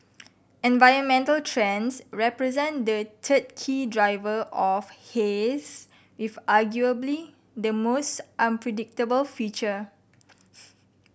environmental trends represent the third key driver of haze with arguably the most unpredictable future